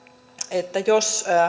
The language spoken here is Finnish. että jos